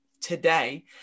today